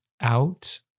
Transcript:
out